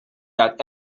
that